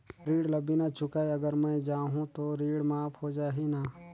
ऋण ला बिना चुकाय अगर मै जाहूं तो ऋण माफ हो जाही न?